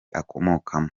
akomokamo